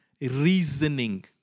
reasoning